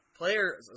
Players